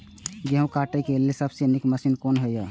गेहूँ काटय के लेल सबसे नीक मशीन कोन हय?